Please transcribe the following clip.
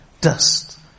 dust